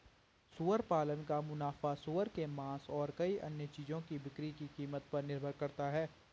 सुअर पालन का मुनाफा सूअर के मांस और कई अन्य चीजों की बिक्री की कीमत पर निर्भर करता है